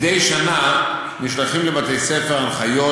מדי שנה נשלחות לבתי-ספר הנחיות,